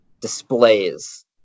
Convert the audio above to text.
displays